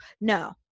no